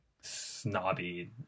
Snobby